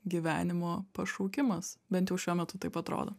gyvenimo pašaukimas bent jau šiuo metu taip atrodo